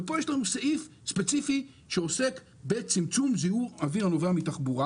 ופה יש לנו סעיף ספציפי שעוסק בצמצום זיהום אוויר הנובע מתחבורה.